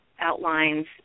outlines